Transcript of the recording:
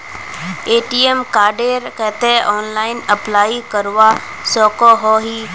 ATM कार्डेर केते online apply करवा सकोहो ही?